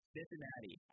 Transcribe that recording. Cincinnati